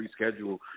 reschedule